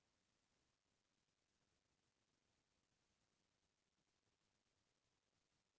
dairy farm के बेवसाय म धन ह बरसत हे